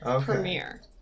premiere